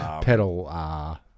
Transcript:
pedal